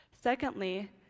Secondly